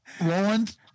Roland